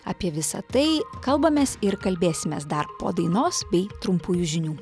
apie visa tai kalbamės ir kalbėsimės dar po dainos bei trumpųjų žinių